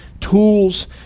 tools